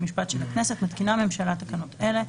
חוק ומשפט של הכנסת, מתקינה הממשלה תקנות אלה: